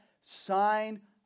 sign